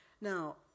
Now